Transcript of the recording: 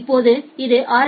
இப்போது இது ஆர்